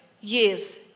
years